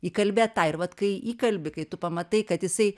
įkalbėt tą ir vat kai įkalbi kai tu pamatai kad jisai